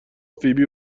فیبی